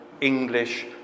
English